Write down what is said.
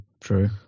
True